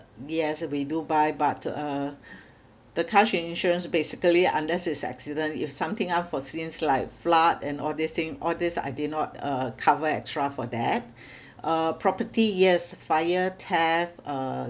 yes we do buy but uh the car in~ insurance basically unless it's accident if something unforeseens like flood and all this thing all these I did not uh cover extra for that uh property yes fire theft uh